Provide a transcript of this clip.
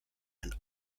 and